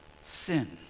sin